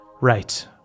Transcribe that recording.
right